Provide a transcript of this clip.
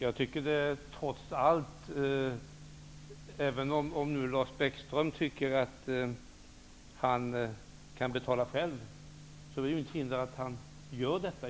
Herr talman! Om Lars Bäckström tycker att han kan betala själv är det i så fall inget som hindrar att han gör detta.